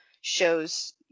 shows